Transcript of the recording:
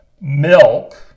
milk